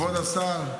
כבוד השר,